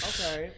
Okay